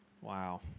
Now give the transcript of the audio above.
Wow